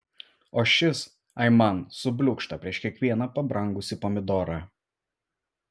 o šis aiman subliūkšta prieš kiekvieną pabrangusį pomidorą